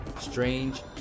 strange